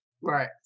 Right